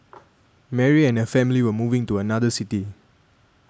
Mary and her family were moving to another city